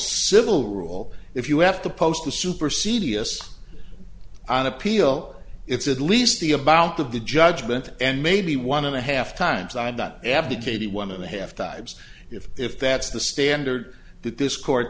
civil rule if you have to post the super c d s on appeal it's at least the amount of the judgment and maybe one and a half times i'm not advocating a one and a half times if if that's the standard that this court